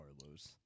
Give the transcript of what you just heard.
Carlos